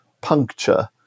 puncture